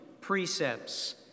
precepts